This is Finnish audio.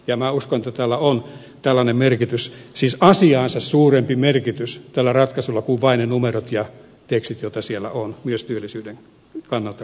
ja minä uskon että tällä ratkaisulla on tällainen merkitys siis asiaansa suurempi merkitys kuin vain niillä numeroilla ja teksteillä joita siellä on myös työllisyyden kannalta katsottuna